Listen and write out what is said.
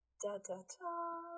Da-da-da